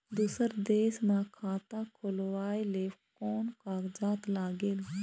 दूसर देश मा खाता खोलवाए ले कोन कागजात लागेल?